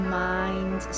mind